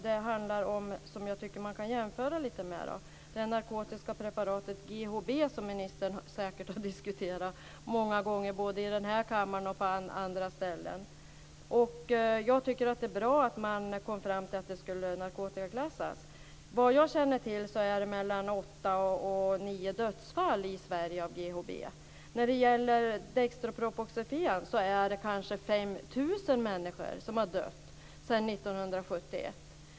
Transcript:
Det handlar om något som jag tycker att man kan jämföra lite med, nämligen det narkotiska preparatet GHB, som ministern säkert har diskuterat många gånger både i den här kammaren och på andra ställen. Jag tycker att det är bra att man kom fram till att det skulle narkotikaklassas. Vad jag känner till är det mellan åtta och nio dödsfall i Sverige av GHB. När det gäller dextropropoxifen är det kanske 5 000 människor som har dött sedan 1971.